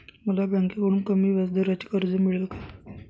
मला बँकेकडून कमी व्याजदराचे कर्ज मिळेल का?